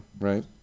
Right